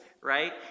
right